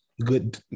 good